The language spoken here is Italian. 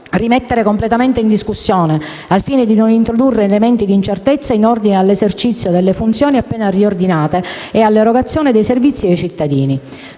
rimettere completamente in discussione, al fine di non introdurre elementi di incertezza in ordine all'esercizio delle funzioni appena riordinate e all'erogazione dei servizi ai cittadini.